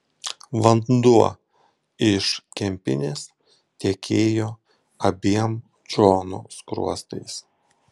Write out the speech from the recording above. vanduo iš kempinės tekėjo abiem džono skruostais